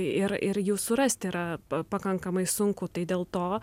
ir ir jų surasti yra pa pakankamai sunku tai dėl to